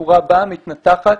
בחורה באה, מתנתחת.